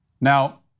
Now